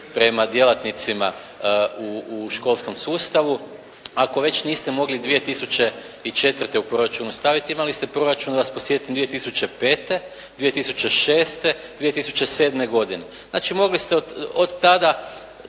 prema djelatnicima u školskom sustavu, ako već niste mogli 2004. u proračun staviti, imali ste proračun da vas podsjetim 2005., 2006., 2007. godine, znači mogli ste od tada